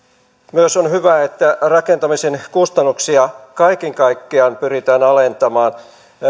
myös on hyvä että rakentamisen kustannuksia kaiken kaikkiaan pyritään alentamaan